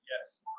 Yes